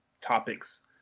topics